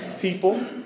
people